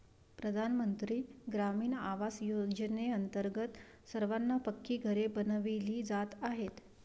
प्रधानमंत्री ग्रामीण आवास योजनेअंतर्गत सर्वांना पक्की घरे बनविली जात आहेत